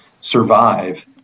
survive